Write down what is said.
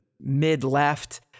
mid-left